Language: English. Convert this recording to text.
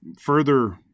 further